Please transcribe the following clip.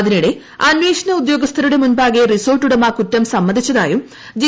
അതിനിടെ അന്വേഷണ ഉദ്യോഗസ്ഥരുടെ മുമ്പാകെ റിസോർട്ട് ഉടമ കുറ്റം സമ്മതിച്ചതായും ജി